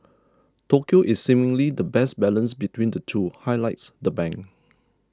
Tokyo is seemingly the best balance between the two highlights the bank